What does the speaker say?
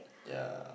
ya